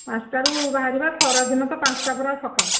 ପାଞ୍ଚଟାରୁ ବାହାରିବା ଖରାଦିନ ତ ପାଞ୍ଚଟା ପୁରା ସକାଳ